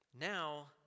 now